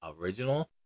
original